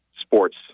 sports